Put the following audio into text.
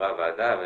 לחברי הוועדה על